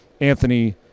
Anthony